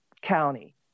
county